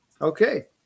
Okay